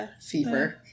fever